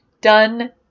Done